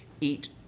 Eat